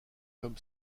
comme